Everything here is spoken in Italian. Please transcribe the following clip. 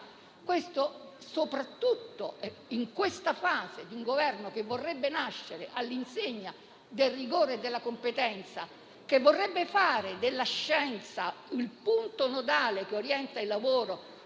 soprattutto in questa fase nascente di un Governo che vorrebbe essere all'insegna del rigore e della competenza, che vorrebbe fare della scienza il punto nodale che orienta il lavoro